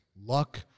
luck